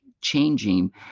changing